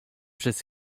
przez